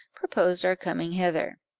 proposed our coming hither.